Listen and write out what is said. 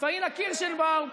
פאינה קירשנבאום,